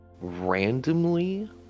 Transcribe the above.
randomly